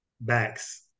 backs